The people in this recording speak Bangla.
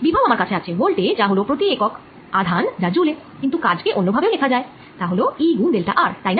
বিভব আমার কাছে আছে ভোল্ট এ যা হল কাজ প্রতি একক আধান যা জ্যুল এ কিন্তু কাজ কে অন্য ভাবেও লেখা যায় যা হল E গুন ডেল্টা r তাই না